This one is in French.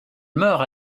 meurt